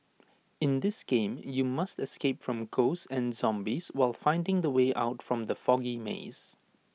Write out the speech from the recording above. in this game you must escape from ghosts and zombies while finding the way out from the foggy maze